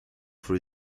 for